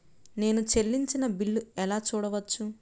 నేను చెల్లించిన బిల్లు ఎలా చూడవచ్చు?